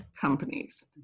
companies